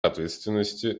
ответственности